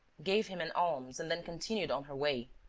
gave him an alms and then continued on her way.